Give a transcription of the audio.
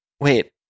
Wait